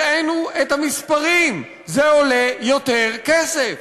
הראינו את המספרים, זה עולה יותר כסף.